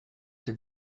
der